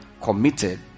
committed